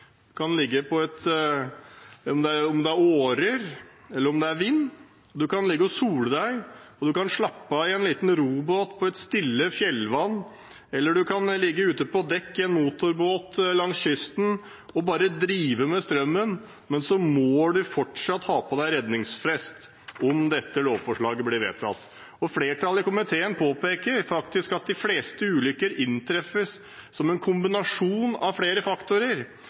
kan føre til «advokatmat» og rettssaker. Hva er egentlig fart? Det er ikke definert om framdriften eller den såkalte farten skyldes motorkraft, eller om det er årer, eller om det er vind. Du kan ligge og sole deg og slappe av i en liten robåt på et stille fjellvann, eller du kan ligge ute på dekk i en motorbåt langs kysten og bare drive med strømmen, men så må du fortsatt ha på deg redningsvest om dette lovforslaget blir vedtatt. Flertallet i komiteen påpeker at de fleste ulykker inntreffer som en kombinasjon av